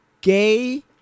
gay